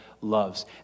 loves